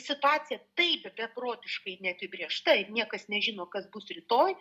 situacija taip beprotiškai neapibrėžta ir niekas nežino kas bus rytoj